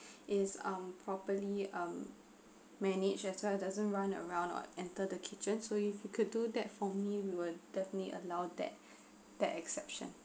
is um properly um managed as well as doesn't run around or enter the kitchen so if you could do that for me we would definitely allow that that exception